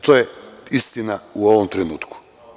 To je istina u ovom trenutku.